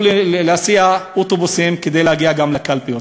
להסיע אוטובוסים כדי להגיע גם לקלפיות.